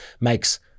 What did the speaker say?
makes